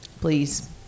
please